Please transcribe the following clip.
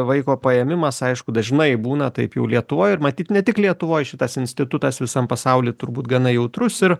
vaiko paėmimas aišku dažnai būna taip jau lietuvoj ir matyt ne tik lietuvoj šitas institutas visam pasauly turbūt gana jautrus ir